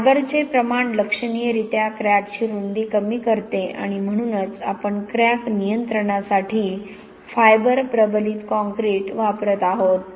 फायबरचे प्रमाण लक्षणीयरीत्या क्रॅकची रुंदी कमी करते आणि म्हणूनच आपण क्रॅक नियंत्रणासाठी फायबर प्रबलित काँक्रीट वापरत आहोत